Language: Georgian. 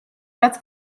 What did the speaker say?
რაც